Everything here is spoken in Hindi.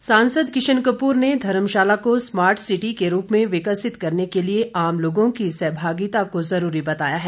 किशन कपूर सांसद किशन कपूर ने धर्मशाला को स्मार्ट सिटी के रूप में विकसित करने के लिए आम लोगों की सहभागिता को जरूरी बताया है